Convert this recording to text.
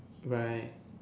right